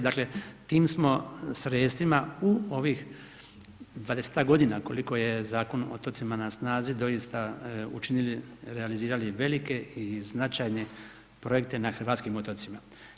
Dakle, tim smo sredstvima u ovih 20-tak godina koliko je Zakon o otocima na snazi doista učinili, realizirali velike i značajne projekte na hrvatskim otocima.